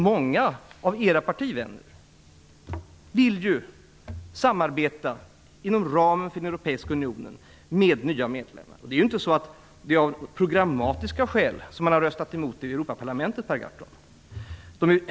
Många av era partivänner vill ju samarbeta inom ramen för den europeiska unionen med nya medlemmar. Det är inte av programmatiska skäl som man har röstat emot det i Europaparlamentet, Per Gahrton!